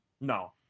no